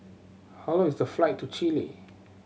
how long is the flight to Chile